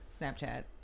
Snapchat